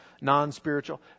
non-spiritual